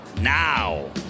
now